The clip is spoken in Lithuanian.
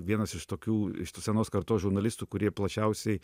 vienas iš tokių iš tų senos kartos žurnalistų kurie plačiausiai